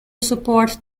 support